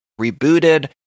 rebooted